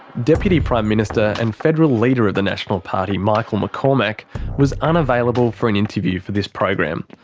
deputy prime minister and federal leader of the national party michael mccormack was unavailable for an interview for this program.